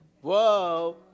Whoa